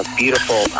beautiful